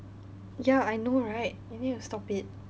ya I know right you need to stop it